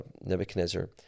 Nebuchadnezzar